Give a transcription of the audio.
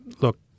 Look